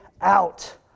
out